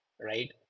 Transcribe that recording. right